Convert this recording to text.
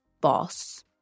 boss